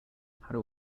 how